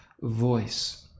voice